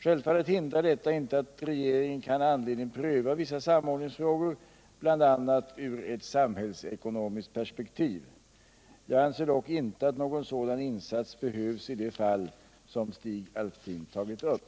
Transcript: Självfallet hindrar detta inte att regeringen kan ha anledning pröva vissa samordningsfrågor bl.a. ur ett samhällsekonomiskt perspektiv. Jag anser dock inte att någon sådan insats behövs i det fall som Stig Alftin tagit upp.